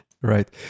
Right